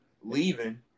leaving